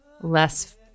less